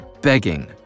begging